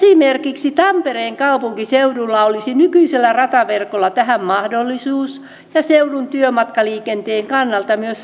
esimerkiksi tampereen kaupunkiseudulla olisi nykyisellä rataverkolla tähän mahdollisuus ja seudun työmatkaliikenteen kannalta myös selkeä tarve